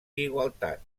igualtat